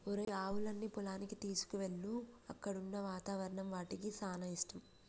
ఒరేయ్ ఆవులన్నీ పొలానికి తీసుకువెళ్ళు అక్కడున్న వాతావరణం వాటికి సానా ఇష్టం